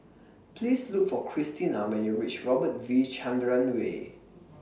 Please Look For Cristina when YOU REACH Robert V Chandran Way